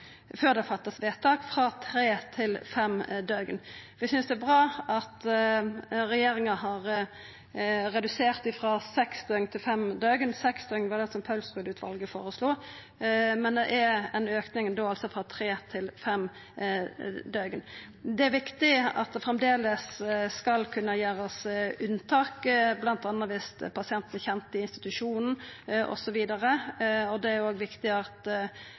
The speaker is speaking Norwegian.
før det vert fatta vedtak, frå tre til fem døgn. Vi synest det er bra at regjeringa har redusert det frå seks døgn til fem døgn. Seks døgn var det som Paulsrud-utvalet føreslo, men det er ein auke frå tre til fem døgn. Det er viktig at det framleis skal kunna gjerast unntak bl.a. dersom pasienten kjem til institusjonen osv., og det er òg viktig at